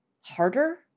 harder